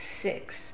six